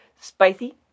Spicy